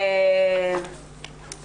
אני